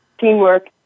teamwork